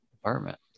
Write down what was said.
apartment